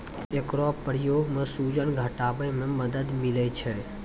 एकरो प्रयोग सें सूजन घटावै म मदद मिलै छै